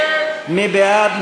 מי בעד?